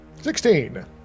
Sixteen